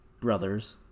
brothers